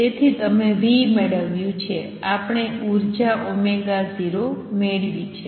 તેથી તમે v મેળવિયું છે આપણે ઉર્જા 0 મેળવી છે